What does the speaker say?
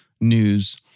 news